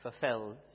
fulfilled